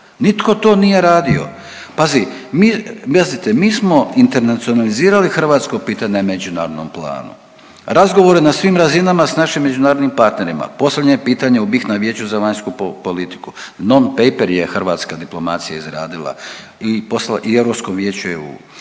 mi, .../nerazumljivo/... mi smo internacionalizirali hrvatsko pitanje u međunarodnom planu. Razgovori na svim razinama s našim međunarodnim partnerima, posljednje je pitanje u BiH na Vijeću za vanjsku politiku. Non-paper je hrvatska diplomacija izradila i poslala i europskom Vijeću EU.